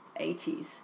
80s